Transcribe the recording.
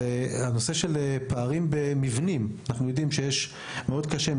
הנושא של פערים במבנים מאוד קשה,